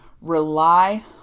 rely